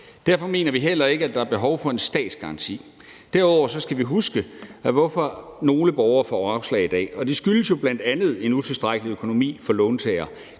Derfor mener vi heller ikke, at der er behov for en statsgaranti. Derudover skal vi huske, hvorfor nogle borgere får afslag i dag. Det skyldes jo bl.a. en utilstrækkelig økonomi hos låntager.